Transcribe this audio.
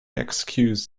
excuse